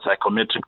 psychometric